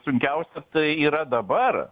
sunkiausia tai yra dabar